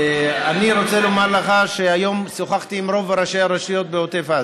אני רוצה לומר לך שהיום שוחחתי עם רוב ראשי הרשויות בעוטף עזה,